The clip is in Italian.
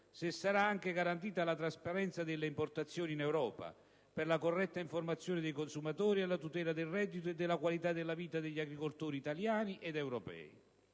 se sarà garantita anche la trasparenza delle importazioni in Europa, per la corretta informazione dei consumatori e la tutela del reddito e della qualità della vita degli agricoltori italiani ed europei.